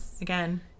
Again